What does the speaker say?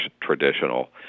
traditional